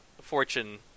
fortune